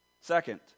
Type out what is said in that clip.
Second